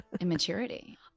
immaturity